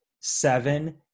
Seven